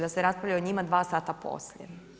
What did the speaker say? Da se raspravlja o njima 2 sata poslije.